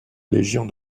légion